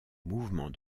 mouvement